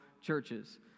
churches